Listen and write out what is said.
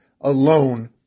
alone